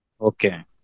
Okay